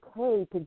okay